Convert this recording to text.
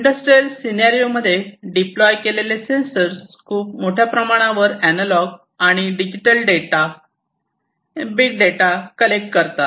industrial scenario मध्ये deploy केलेले sensor खूप मोठ्या प्रमाणावर अनालॉग आणि digital data big data collect करतात